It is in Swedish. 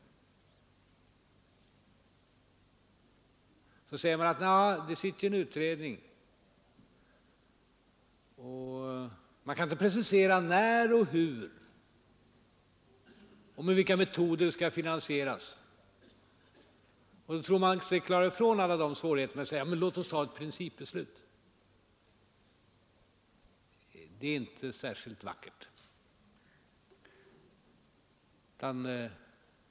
Men en utredning arbetar, och det är inte möjligt att precisera när, hur och med vilka metoder reformen skall finansieras. Då tror man att man kan klara sig från alla svårigheter genom att säga: ”Låt oss fatta ett principbeslut.” Det är inte särskilt vackert gjort.